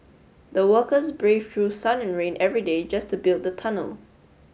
the workers braved through sun and rain every day just to build the tunnel